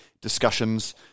discussions